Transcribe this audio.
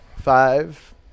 five